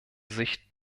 sicht